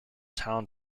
town